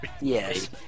Yes